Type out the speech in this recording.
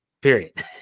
period